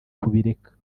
kubireka